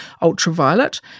Ultraviolet